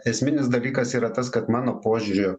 esminis dalykas yra tas kad mano požiūriu